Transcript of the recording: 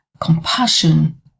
compassion